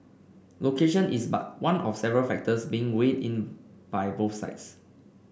location is but one of several factors being weighed in by both sides